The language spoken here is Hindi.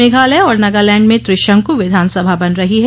मेघालय और नगालैंड में त्रिशंकु विधानसभा बन रही है